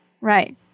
right